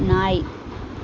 நாய்